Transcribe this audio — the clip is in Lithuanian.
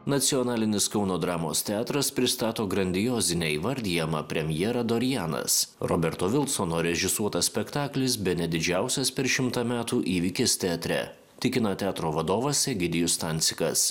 nacionalinis kauno dramos teatras pristato grandiozinę įvardijamą premjerą dorianas roberto vilsono režisuotas spektaklis bene didžiausias per šimtą metų įvykis teatre tikina teatro vadovas egidijus stancikas